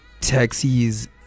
taxis